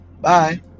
Bye